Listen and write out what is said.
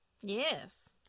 Yes